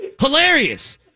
Hilarious